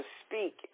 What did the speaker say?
speak